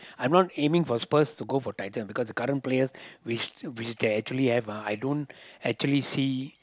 I am not aiming for Spurs to go for title because the current players which which they actually have ah I don't actually see